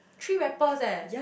three rappers eh